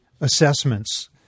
assessments